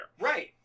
Right